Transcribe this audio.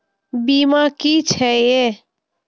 बीमा की छी ये?